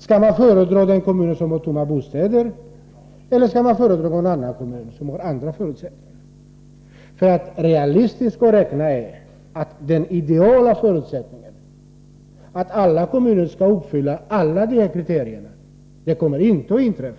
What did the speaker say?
Skall man föredra den kommun som har tomma bostäder, eller skall man föredra någon annan kommun som har andra förutsättningar? Den ideala förutsättningen att alla kommuner uppfyller alla kriterier kommer inte att föreligga,